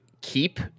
keep